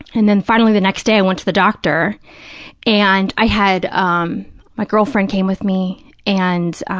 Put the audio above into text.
and then finally, the next day, i went to the doctor and i had, um my girlfriend came with me and